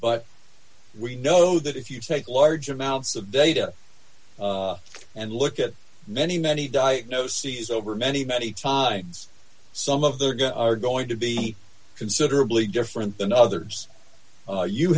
but we know that if you take large amounts of data and look at many many diagnoses over many many times some of the are going to be considerably different than others